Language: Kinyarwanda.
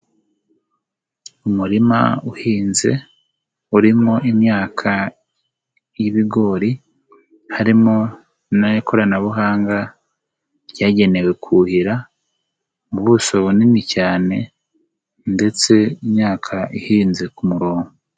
Umurima uhinze urimo imyaka y'ibigori harimo n'ikoranabuhanga ryagenewe kuhira ubuso bunini cyane ndetse imyaka ihinze ku murongo.